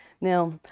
Now